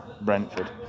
Brentford